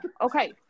okay